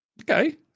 okay